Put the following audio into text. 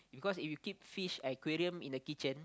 because if you keep fish aquarium in the kitchen